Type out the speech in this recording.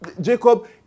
Jacob